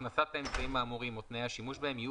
הכנסת האמצעים האמורים או תנאי השימוש בהם יהיו